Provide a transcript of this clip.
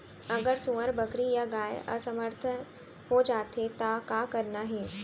अगर सुअर, बकरी या गाय असमर्थ जाथे ता का करना हे?